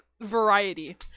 variety